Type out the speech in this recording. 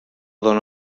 dóna